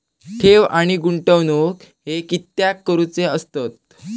ठेव आणि गुंतवणूक हे कित्याक करुचे असतत?